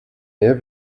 mehr